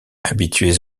habitué